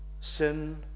sin